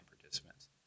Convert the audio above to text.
participants